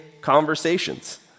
conversations